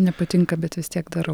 nepatinka bet vis tiek darau